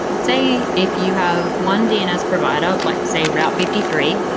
say if you have one dns provider, like say route fifty three.